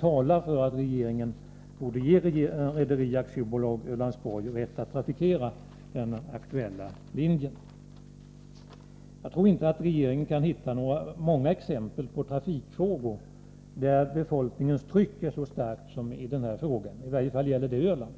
talar för att regeringen ger Rederi AB Ölandsborg rätt att trafikera den aktuella linjen. Jag tror inte att regeringen kan hitta många exempel på trafikfrågor där befolkningens tryck är så starkt som i denna fråga — i varje fall gäller det Öland.